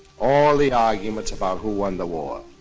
all the arguments about who won the war.